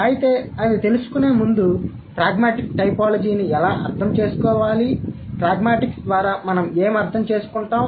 అయితే అది తెలుసుకునే ముందు ప్రాగ్మాటిక్ టైపోలాజిని ఎలా అర్థం చేసుకోవాలి ప్రాగ్మాటిక్స్ ద్వారా మనం ఏమి అర్థం చేసుకుంటాం